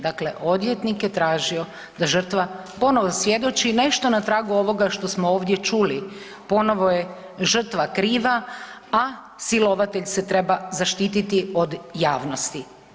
Dakle, odvjetnik je tražio da žrtva ponovo svjedoči, nešto na tragu ovoga što smo ovdje čuli, ponovo je žrtva kriva, a silovatelj se treba zaštiti od javnosti.